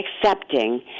accepting